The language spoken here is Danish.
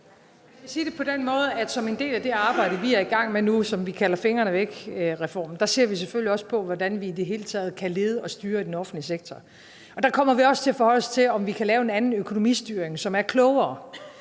vil sige det på den måde, at som en del af det arbejde, vi er i gang med nu, og som vi kalder fingrene væk-reformen, ser vi også på, hvordan vi i det hele taget kan lede og styre i den offentlige sektor, og der kommer vi også til at forholde os til, om vi kan lave en anden økonomistyring, som er klogere.